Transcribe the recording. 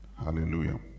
hallelujah